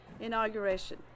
inauguration